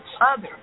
others